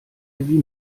wie